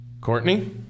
Courtney